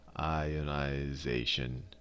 Ionization